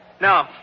Now